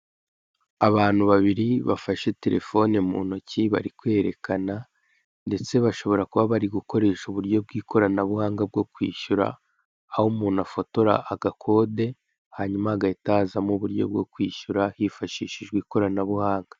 Abantu babiri bafashe telefone mu ntoki bari kwerekana ndetse bashobora kuba bari gukoresha y'uburyo bw'ikoranabuhanga bwo kwishyura, aho ukuntu afotora agakode, hanyuma hagahita hazamo uburyo bwo kwishyura hifashishijwe ikoranabuhanga.